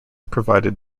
provided